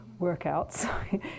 workouts